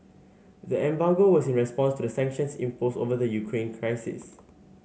the embargo was in response to the sanctions imposed over the Ukraine crisis